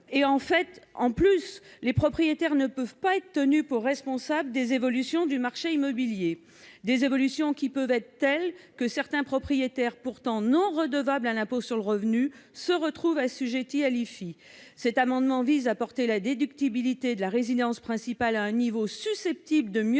! En outre, les propriétaires ne peuvent pas être tenus pour responsables des évolutions du marché immobilier, qui peuvent être telles que certains propriétaires, pourtant non redevables de l'impôt sur le revenu, se retrouvent assujettis à l'IFI. Cet amendement vise à porter la déductibilité de la valeur de la résidence principale à un niveau susceptible de mieux